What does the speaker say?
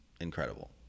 incredible